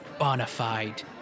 bonafide